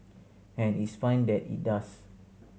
and it's fine that it does